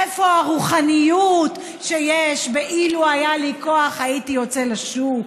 איפה הרוחניות שיש ב"אילו היה לי כוח הייתי יוצא לשוק"?